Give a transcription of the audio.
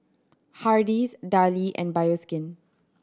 Hardy's Darlie and Bioskin